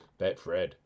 Betfred